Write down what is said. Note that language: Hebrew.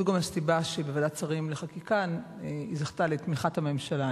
זו גם הסיבה שבוועדת השרים לחקיקה היא זכתה לתמיכת הממשלה.